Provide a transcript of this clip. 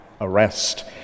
arrest